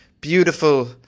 Beautiful